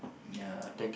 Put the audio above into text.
ya